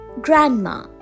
Grandma